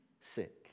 sick